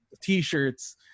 T-shirts